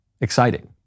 exciting